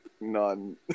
None